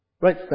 Right